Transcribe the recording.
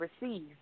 receive